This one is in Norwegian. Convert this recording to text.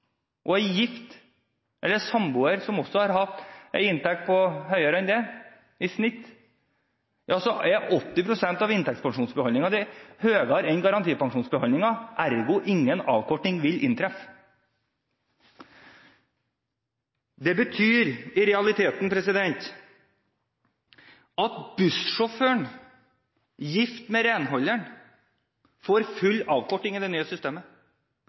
og er gift eller samboer med en som også har hatt inntekt høyere enn det i snitt, er 80 pst. av inntektspensjonsbeholdningen din høyere enn garantipensjonsbeholdningen. Ergo vil ingen avkorting inntreffe. Det betyr i realiteten at bussjåføren gift med renholderen får full avkorting i det nye systemet,